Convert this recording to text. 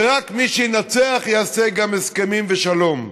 ורק מי שינצח יעשה גם הסכמים ושלום,